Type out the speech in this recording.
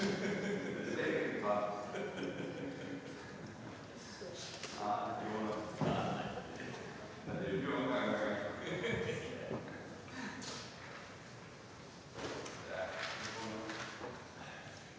hvad er det